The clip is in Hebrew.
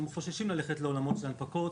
הם חוששים ללכת להנפקות.